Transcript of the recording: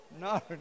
no